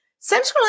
Central